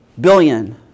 billion